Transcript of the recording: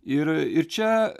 ir ir čia